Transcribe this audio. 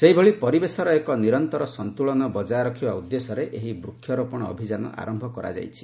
ସେହିଭଳି ପରିବେଶର ଏକ ନିରନ୍ତର ସନ୍ତୁଳନ ବଜାୟ ରଖିବା ଉଦ୍ଦେଶ୍ୟରେ ଏହି ବୃକ୍ଷରୋପଣ ଅଭିଯାନ ଆରମ୍ଭ କରାଯାଇଛି